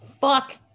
fuck